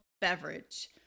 beverage